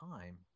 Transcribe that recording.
time